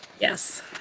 Yes